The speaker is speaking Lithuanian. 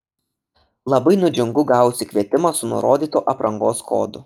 labai nudžiungu gavusi kvietimą su nurodytu aprangos kodu